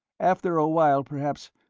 after a while, perhaps,